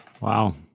Wow